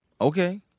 Okay